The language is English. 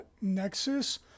Nexus